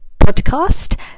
podcast